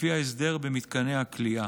לפי ההסדר במתקני הכליאה.